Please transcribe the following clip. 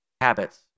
habits